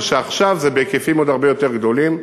ועכשיו זה בהיקפים עוד הרבה יותר גדולים,